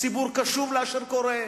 הציבור קשוב לאשר קורה.